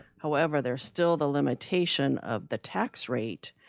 however, there's still the limitation of the tax rate,